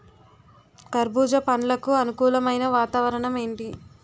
కర్బుజ పండ్లకు అనుకూలమైన వాతావరణం ఏంటి?